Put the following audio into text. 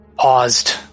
Paused